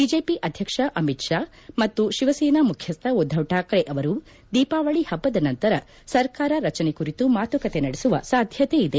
BJP ಅಧ್ಯಕ್ಷ ಅಮಿತ್ ಶಾ ಮತ್ತು ಶಿವಸೇನಾ ಮುಖ್ಯಸ್ವ ಉದ್ದವ್ ಠಾಕ್ರೆ ಅವರು ದೀಪಾವಳಿ ಹಬ್ಬದ ನಂತರ ಸರಕಾರ ರಚನೆ ಕುರಿತು ಮಾತುಕತೆ ನಡೆಸುವ ಸಾಧ್ಯತೆಯಿದೆ